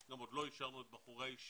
גם עוד לא אישרנו את בחורי הישיבות